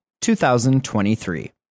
2023